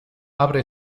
abre